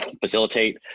facilitate